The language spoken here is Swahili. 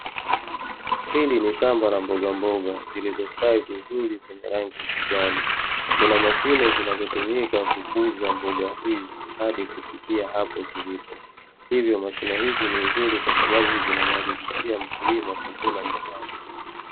Hili ni shamba la mbogamboga zilizostawi vizuri zenye rangi ya kijani, kuna mashine zinazotumika kukuza maboga hizi hadi kufikia hapo zilipo. Hivyo mashine hizi ni nzuri kwa sababu zinamuhakikishia mkulima kuvuna mazao mengi.